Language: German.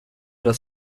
das